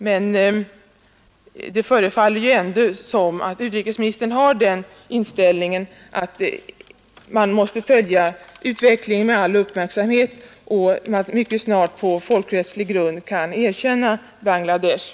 Men det förefaller ändå som om utrikesministern har den inställningen, att utvecklingen måste följas med all uppmärksamhet och att man mycket snart på folkrättslig grund kan erkänna Bangladesh.